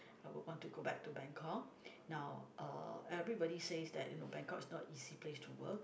I would want to go back to Bangkok now uh everybody says that you know Bangkok is not easy place to work